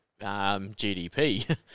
GDP